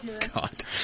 God